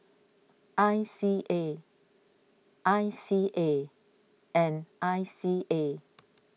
I C A I C A and I C A